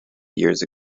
years